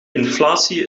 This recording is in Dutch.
inflatie